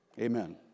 Amen